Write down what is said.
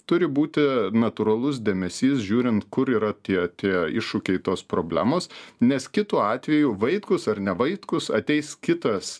turi būti natūralus dėmesys žiūrint kur yra tie tie iššūkiai tos problemos nes kitu atveju vaitkus ar ne vaitkus ateis kitas